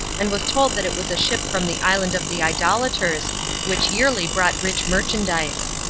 and was told that it was a ship from the island of the idolaters which yearly brought rich merchandise.